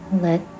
Let